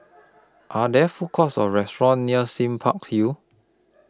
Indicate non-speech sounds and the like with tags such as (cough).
(noise) Are There Food Courts Or restaurants near Sime Park Hill